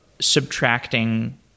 subtracting